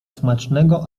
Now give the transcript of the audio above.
smacznego